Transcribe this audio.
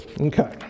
Okay